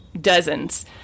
dozens